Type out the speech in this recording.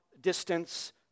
distance